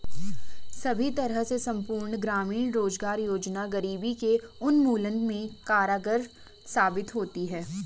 सभी तरह से संपूर्ण ग्रामीण रोजगार योजना गरीबी के उन्मूलन में कारगर साबित होती है